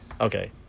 Okay